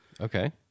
Okay